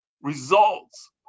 results